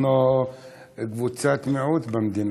אנחנו קבוצות מיעוט במדינה,